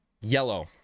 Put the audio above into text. yellow